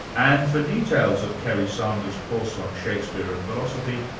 and for details of kerry sanders' course on shakespeare and philosophy,